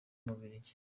w’umubiligi